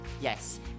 Yes